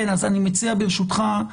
אז אני מציע, ברשותך,